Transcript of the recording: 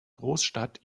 großstadt